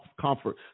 comfort